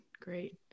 great